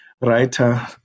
writer